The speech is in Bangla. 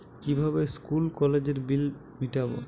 কিভাবে স্কুল কলেজের বিল মিটাব?